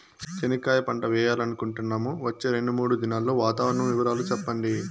చెనక్కాయ పంట వేయాలనుకుంటున్నాము, వచ్చే రెండు, మూడు దినాల్లో వాతావరణం వివరాలు చెప్పండి?